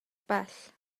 bell